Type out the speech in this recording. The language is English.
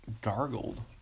gargled